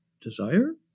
desire